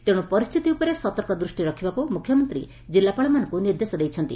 ତେଣୁ ପରିସ୍ଥିତି ଉପରେ ସତର୍କ ଦୃଷ୍ଟି ରଖିବାକୁ ମୁଖ୍ୟମନ୍ତୀ ଜିଲ୍ଲାପାଳ ମାନଙ୍କୁ ନିର୍ଦ୍ଦେଶ ଦେଇଛନ୍ତି